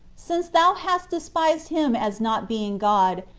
since thou hast despised him as not being god,